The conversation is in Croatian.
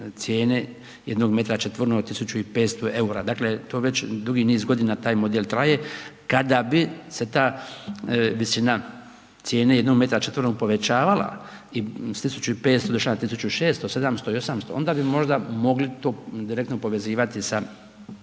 četvrtog od 1500 eura. Dakle, to već dugi niz godina, taj model traje. Kada bi se ta visina cijene jednog metra četvornog povećavala s 1500 došla na 1600, 700 i 800 onda bi možda mogli to direktno povezivati sa